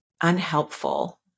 unhelpful